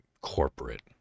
corporate